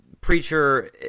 Preacher